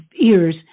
ears